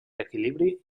equilibri